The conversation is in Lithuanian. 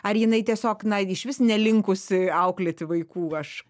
ar jinai tiesiog na išvis nelinkusi auklėti vaikų aš